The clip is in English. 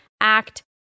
act